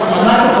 אנחנו,